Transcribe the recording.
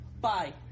Bye